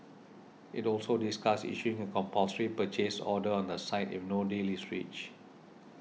it also discussed issuing a compulsory purchase order on the site if no deal is reached